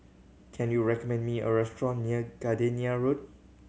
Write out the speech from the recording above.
can you recommend me a restaurant near Gardenia Road